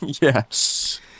yes